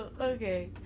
okay